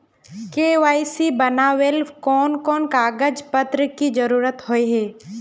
KYC बनावेल कोन कोन कागज पत्र की जरूरत होय है?